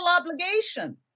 obligation